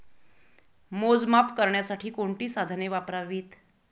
मोजमाप करण्यासाठी कोणती साधने वापरावीत?